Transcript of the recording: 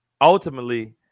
ultimately